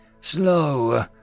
Slow